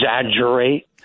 exaggerate